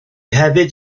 hefyd